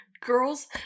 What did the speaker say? Girls